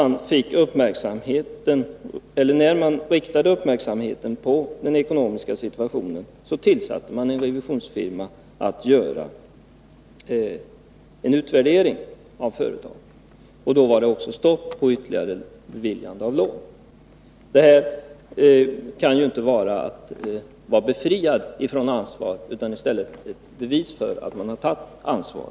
När man riktade uppmärksamheten på den ekonomiska situationen, uppdrog man åt en revisionsfirma att göra en utvärdering av företaget, och då var det också stopp för ytterligare beviljande av lån. Det här kan ju inte vara detsamma som att vara befriad från ansvar. I stället är det ett bevis på att man har tagit ansvar.